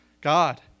God